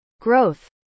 Growth